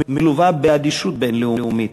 מלווה באדישות בין-לאומית,